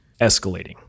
escalating